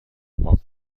پاک